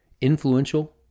influential